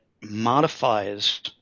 modifies